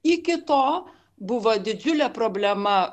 iki to buvo didžiulė problema